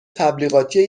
تبلیغاتی